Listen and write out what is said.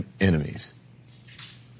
enemies